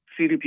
CDP